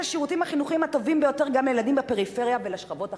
השירותים החינוכיים הטובים ביותר גם לילדים בפריפריה ולשכבות החלשות".